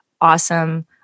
awesome